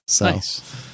Nice